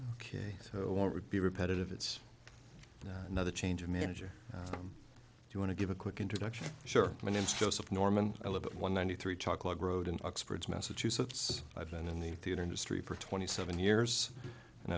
ok so what would be repetitive it's another change of manager if you want to give a quick introduction sure when it's joseph norman i look at one ninety three chocolate road in oxford massachusetts i've been in the theatre industry for twenty seven years and